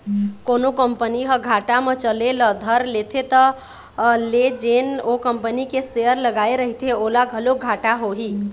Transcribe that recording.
कोनो कंपनी ह घाटा म चले ल धर लेथे त ले जेन ओ कंपनी के सेयर लगाए रहिथे ओला घलोक घाटा होही